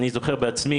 אני זוכר בעצמי,